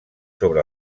sobre